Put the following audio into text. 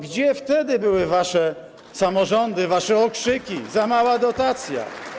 Gdzie wtedy były wasze samorządy, wasze okrzyki: za mała dotacja?